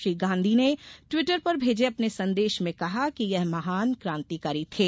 श्री गांधी ने टिवटर पर भेजे अपने संदेश में कहा कि ये महान कांतिकारी थे